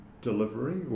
delivery